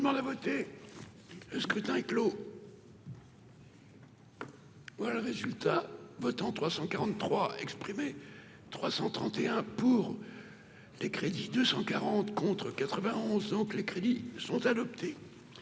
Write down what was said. Ne demande à voter, le scrutin est clos. Voilà le résultat votants 343 331 pour les crédits 240 contre 91 ans que les crédits sont adoptés